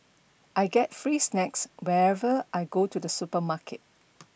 I get free snacks whenever I go to the supermarket